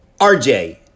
RJ